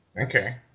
Okay